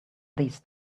these